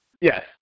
Yes